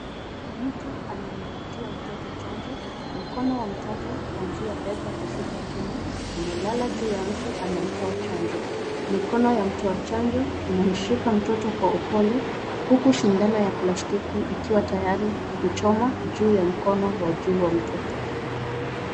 Mtu anayempatia mtoto chanjo. Mkono wa mtoto kuanzia bega kushuka chini, umelala juu ya mtu anayetoa chanjo. Mikono ya mtu wa chanjo inamshika mtoto kwa upole huku sindano ya plastiki ikiwa tayari kuchoma juu ya mkono wa juu wa mtoto.